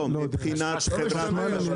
לא, מבחינת חברת חשמל.